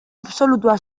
absolutua